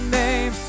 name